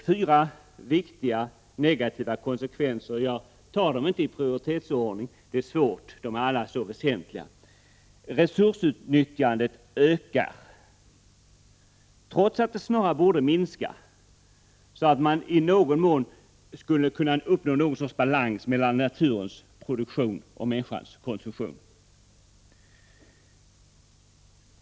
Fyra viktiga negativa konsekvenser finns det, och jag nämner dem inte i prioritetsordning, det är svårt för de är alla så väsentliga. Resursutnyttjandet ökar trots att det snarare borde minska så att man i någon mån skulle kunna uppnå någon sorts balans mellan naturens produktion och människans konsumtion.